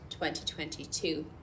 2022